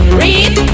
read